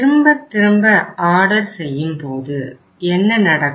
திரும்பத் திரும்ப ஆர்டர் செய்யும்போது என்ன நடக்கும்